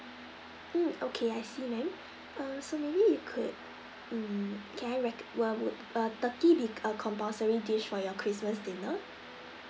mm okay I see ma'am err so maybe you could mm can I recom~ well would err turkey be a compulsory dish for your christmas dinner